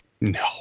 No